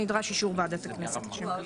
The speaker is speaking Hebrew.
נדרש אישור ועדת הכנסת לשם כך.